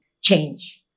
change